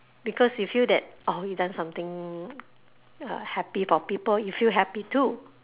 because you feel that oh you done something uh happy for people you feel happy too